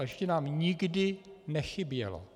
A ještě nám nikdy nechybělo.